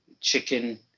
chicken